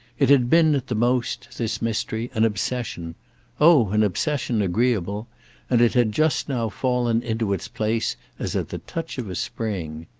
it had been at the most, this mystery, an obsession oh an obsession agreeable and it had just now fallen into its place as at the touch of a spring.